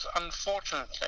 unfortunately